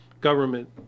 government